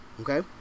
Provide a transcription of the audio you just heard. okay